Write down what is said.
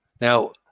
Now